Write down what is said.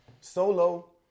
solo